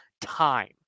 time